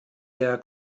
der